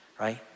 right